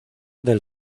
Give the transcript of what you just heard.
del